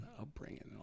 Upbringing